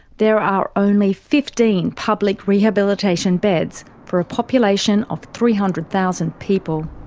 there are only fifteen public rehabilitation beds for a population of three hundred thousand people.